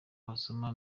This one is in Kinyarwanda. wasoma